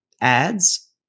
ads